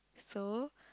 so